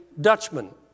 Dutchman